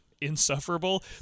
insufferable